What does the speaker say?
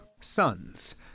sons